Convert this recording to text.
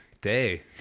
day